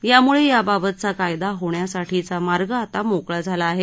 यामुळे याबाबतचा कायदा होण्यासाठीचा मार्ग आता मोकळा झाला आहे